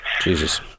Jesus